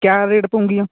ਕਿਆ ਰੇਟ ਪਉਂਗੀਆਂ